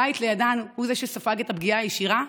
הבית לידן הוא שספג את הפגיעה הישירה,